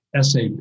sap